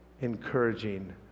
encouraging